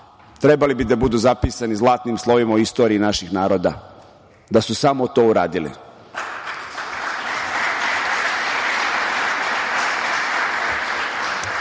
trebali bi da budu zapisani zlatnim slovima u istoriji naših naroda, da su samo to uradili. Danas